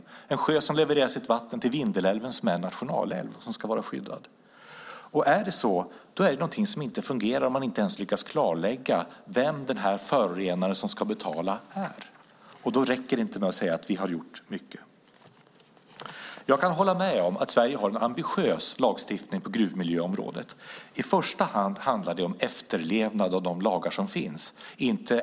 Det är en sjö som levererar vatten till Vindelälven, som ska vara en skyddad nationalälv. Det är något som inte fungerar när man inte ens lyckas klarlägga vem förorenaren som ska betala är. Då räcker det inte med att säga att man har gjort mycket. Jag kan hålla med om att Sverige har en ambitiös lagstiftning på gruvmiljöområdet. I första hand handlar det om efterlevnad av de lagar som finns.